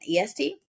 EST